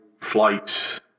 flights